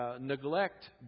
neglect